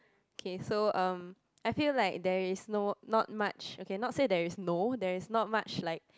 okay so um I feel like there is no not much okay not say there is no there is not much like